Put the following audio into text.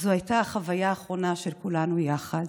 זו הייתה החוויה האחרונה של כולנו יחד,